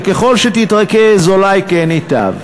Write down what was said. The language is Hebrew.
וככל שתתרכז אולי כן ייטב.